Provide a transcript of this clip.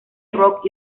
rock